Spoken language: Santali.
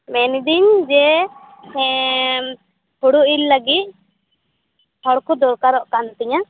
ᱢᱮᱱᱮᱫᱤᱧ ᱡᱮ ᱮᱸᱻ ᱦᱩᱲᱩ ᱤᱨ ᱞᱟ ᱜᱤ ᱦᱚᱲᱠᱚ ᱫᱚᱨᱠᱟᱨᱚᱜ ᱠᱟᱱᱛᱤᱧᱟ